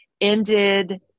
ended